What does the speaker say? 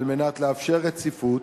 כדי לאפשר רציפות,